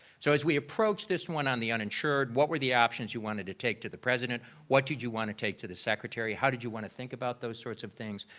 so as we approached this one on the uninsured, what were the options you wanted to take to the president? what did you want to take to the secretary? how did you want to think about those sorts of things?